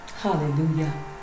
Hallelujah